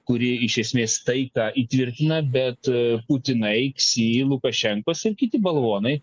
kuri iš esmės taiką įtvirtina bet putinai ksi lukašenkos ir kiti balvonai